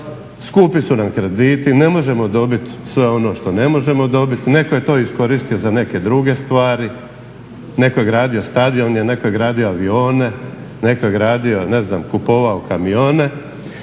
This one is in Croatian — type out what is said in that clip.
Skupi su nam krediti. Ne možemo dobiti sve ono što ne možemo dobiti. Netko je to iskoristio za neke druge stvari. Netko je gradio stadione, netko je gradio avione, netko je gradio ne znam kupovao kamione.